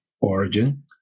origin